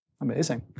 Amazing